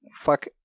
Fuck